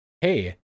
hey